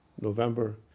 November